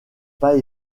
pas